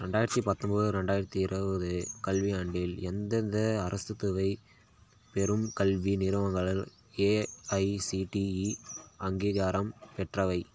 ரெண்டாயிரத்து பத்தொம்பது ரெண்டாயிரத்து இருபது கல்வி ஆண்டில் எந்தெந்த அரசுதவி பெறும் கல்வி நிறுவங்கள் ஏஐசிடிஇ அங்கீகாரம் பெற்றவை